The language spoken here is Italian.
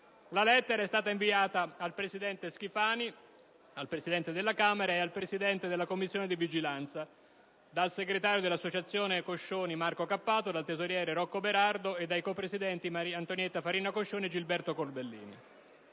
La lettera è stata inviata al presidente Schifani, al Presidente della Camera e al Presidente della Commissione di vigilanza, dal segretario dell'Associazione Coscioni Marco Cappato, dal tesoriere Rocco Berardo, e dai copresidenti Maria Antonietta Farina Coscioni e Gilberto Corbellini.